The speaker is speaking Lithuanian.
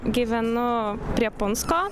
gyvenu prie punsko